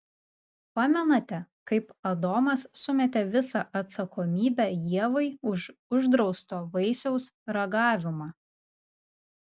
pamenate kaip adomas sumetė visą atsakomybę ievai už uždrausto vaisiaus ragavimą